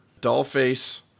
Dollface